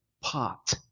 pot